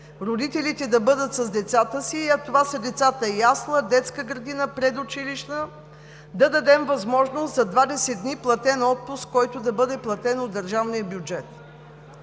родителите да бъдат с децата си, а това са децата за ясла, детска градина, предучилищна, да дадем възможност за 20 дни платен отпуск, който да бъде платен от държавния бюджет.